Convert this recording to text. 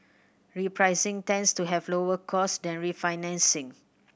repricing tends to have lower costs than refinancing